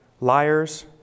liars